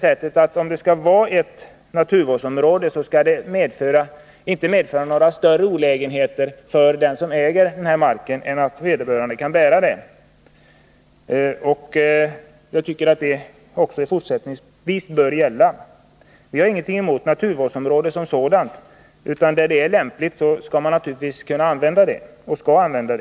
Skall man ha ett naturvårdsområde, skall detta inte medföra några större olägenheter för den som äger marken än att han kan bära dem. Jag tycker att detta bör gälla även fortsättningsvis. Vi har i och för sig ingenting emot naturvårdsområden. Där det är lämpligt skall man naturligtvis ha sådana.